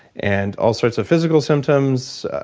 and all sorts of physical symptoms,